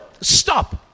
stop